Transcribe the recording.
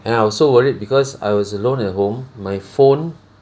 and I was so worried because I was alone at home my phone